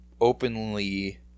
openly